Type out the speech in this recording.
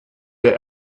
der